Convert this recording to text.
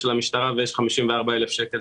ו-160 מיליוני שקלים ו-500 אלפי שקלים